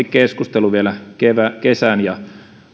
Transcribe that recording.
keskustelu vielä kevään kesän ja